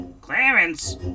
Clarence